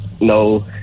No